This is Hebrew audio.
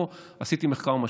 לא עשיתי מחקר משווה,